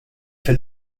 fil